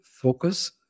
focus